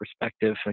perspective